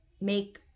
make